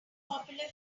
popular